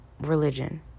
religion